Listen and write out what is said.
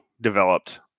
developed